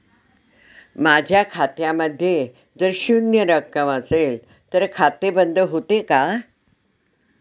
माझ्या खात्यामध्ये जर शून्य रक्कम असेल तर खाते बंद होते का?